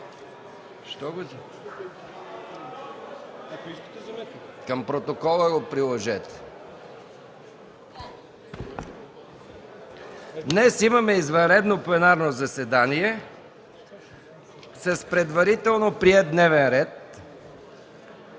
Днес имаме извънредно пленарно заседание с предварително приет дневен ред,